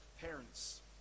parents